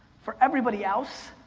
for everybody else,